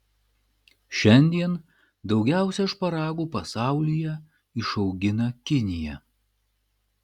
šiandien daugiausiai šparagų pasaulyje išaugina kinija